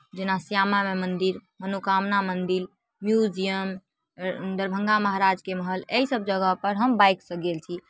जेना श्यामा माइ मन्दिर मनोकामना मन्दिर म्यूजियम दरभंगा महाराजके महल एहिसभ जगहपर हम बाइकसँ गेल छी